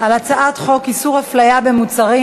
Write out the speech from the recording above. על הצעת חוק איסור הפליה במוצרים,